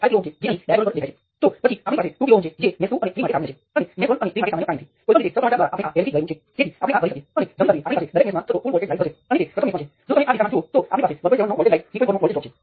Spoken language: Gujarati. પાછળથી આપણે થેવેનિન ની ચર્ચા કરીશું જે એક કરતાં વધુ જોડી ટર્મિનલ્સની ઇક્વિવેલન્ટ રેઝિસ્ટન્સની આ સાર રજૂઆતને વિસ્તૃત કરવાની રીત છે